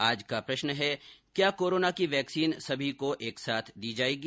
आज का प्रश्न है क्या कोरोना की वैक्सीन सभी को एक साथ दी जाएगी